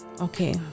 Okay